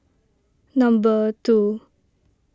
number two